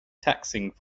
taxing